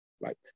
Right